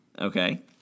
Okay